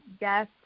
Yes